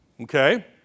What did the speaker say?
Okay